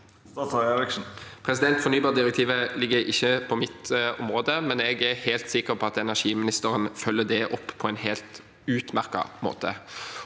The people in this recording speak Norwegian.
Eriksen For- nybardirektivet ligger ikke på mitt område, men jeg er helt sikker på at energiministeren følger det opp på en helt utmerket måte.